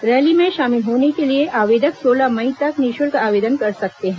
rally में शामिल होने के लिए आवेदक सोलह मई तक निःशुल्क आवेदन कर सकते हैं